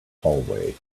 hallway